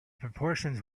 proportions